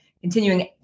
continuing